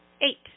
Eight